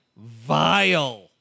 vile